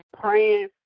praying